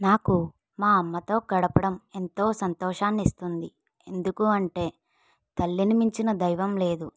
మాకు మా అమ్మతో గడపడం ఎంతో సంతోషాన్ని ఇస్తుంది ఎందుకంటే తల్లిని మించిన దైవం లేదు